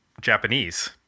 Japanese